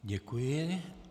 Děkuji.